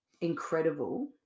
incredible